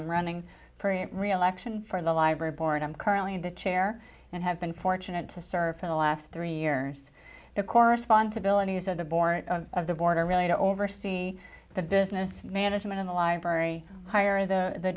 i'm running for reelection for the library board i'm currently in the chair and have been fortunate to serve for the last three years to correspond to bill and he said the board of the border really to oversee the business management of the library hire the